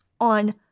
on